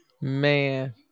Man